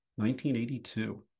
1982